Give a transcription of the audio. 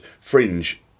Fringe